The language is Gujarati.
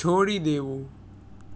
છોડી દેવું